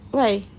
why